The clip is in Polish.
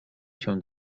się